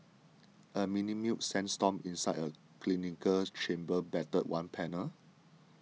a mini mu sandstorm inside a cylindrical chamber battered one panel